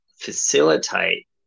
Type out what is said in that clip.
facilitate